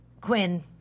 Quinn